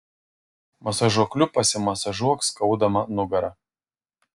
masažuokliu pasimasažuok skaudamą nugarą